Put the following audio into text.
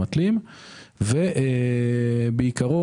בעיקרון,